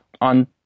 on